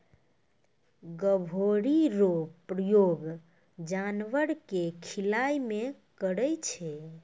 गभोरी रो प्रयोग जानवर के खिलाय मे करै छै